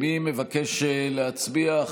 מי מבקש להצביע?